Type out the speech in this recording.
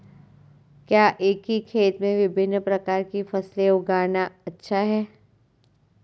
क्या एक ही खेत में विभिन्न प्रकार की फसलें उगाना अच्छा है?